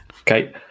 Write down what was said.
Okay